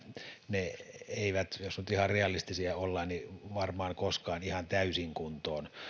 ne eivät jos nyt ihan realistisia ollaan varmaan koskaan ihan täysin kuntoon